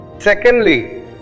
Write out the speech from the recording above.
Secondly